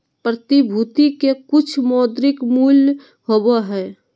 प्रतिभूति के कुछ मौद्रिक मूल्य होबो हइ